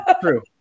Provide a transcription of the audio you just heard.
True